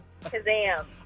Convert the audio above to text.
Kazam